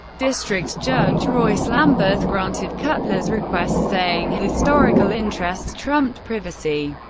district judge royce lamberth granted kutler's request, saying historical interests trumped privacy,